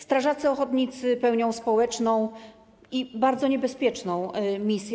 Strażacy ochotnicy pełnią społeczną i bardzo niebezpieczną misję.